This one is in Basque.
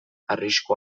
arrisku